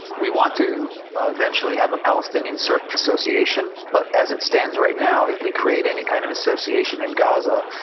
we want to eventually have a palestinian surf association, but as it stands right now if we create any kind of association in gaza,